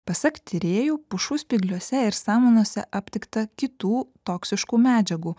pasak tyrėjų pušų spygliuose ir samanose aptikta kitų toksiškų medžiagų